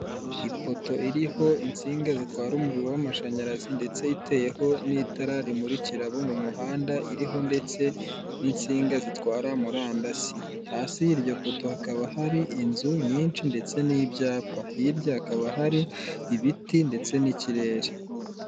Ipoto iriho insinga zitwara umuriro w'amashanyarazi ndetse iteyeho n'itara rimurikira abo mu muhanda, iriho ndetse n'insinga zitwara murandasi, hasi y'iryo poto hakaba hari inzu nyinshi ndetse n'ibyapa hirya hakaba hari ibiti ndetse n'ikirere.